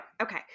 Okay